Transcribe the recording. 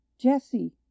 Jesse